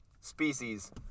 species